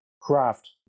craft